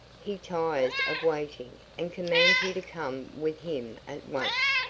he tires of waiting and commands you to come with him at once.